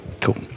cool